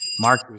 Mark